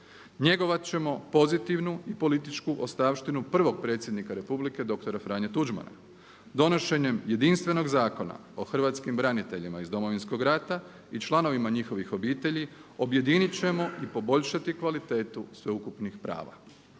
Njegovat ćemo pozitivnu i političku ostavštinu prvog predsjednika Republike dr. Franje Tuđmana. Donošenjem jedinstvenog Zakona o hrvatskim braniteljima iz Domovinskog rata i članovima njihovih obitelji objedinit ćemo i poboljšati kvalitetu sveukupnih prava.